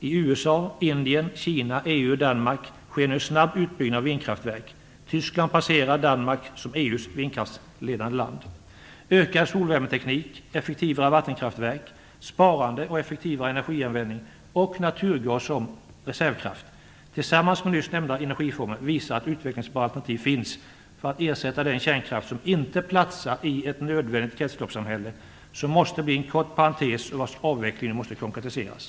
I USA, Indien, Kina, EU och Danmark sker nu en snabb utbyggnad av vindkraftverk. Tyskland passerar snart Danmark som EU:s vindkraftsledande land. Ökad solvärmeteknik, effektivare vattenkraftverk, sparande och effektivare energianvändning och naturgas som reservkraft tillsammans med nyss nämnda energiformer visar att utvecklingsbara alternativ finns för att ersätta den kärnkraft som inte platsar i ett nödvändigt kretsloppssamhälle, som måste bli en kort parentes och vars avveckling måste konkretiseras.